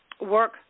work